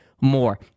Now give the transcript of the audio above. more